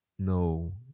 No